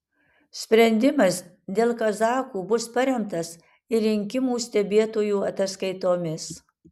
sprendimas dėl kazachų bus paremtas ir rinkimų stebėtojų ataskaitomis